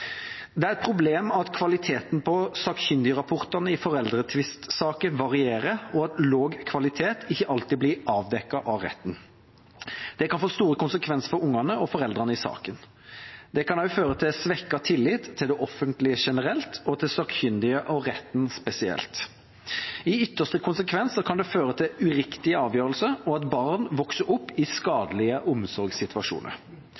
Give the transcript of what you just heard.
Det er et problem at kvaliteten på sakkyndigrapportene i foreldretvistsaker varierer, og at lav kvalitet ikke alltid blir avdekket av retten. Det kan få store konsekvenser for ungene og foreldrene i saken. Det kan også føre til svekket tillit til det offentlige generelt og til sakkyndige og retten spesielt. I ytterste konsekvens kan det føre til uriktige avgjørelser, og til at barn vokser opp i